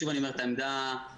שוב אני אומר את העמדה שלנו,